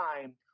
time